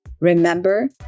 Remember